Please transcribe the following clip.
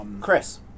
Chris